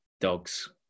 Dogs